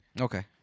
Okay